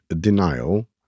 denial